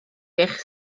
eich